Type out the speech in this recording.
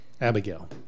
Abigail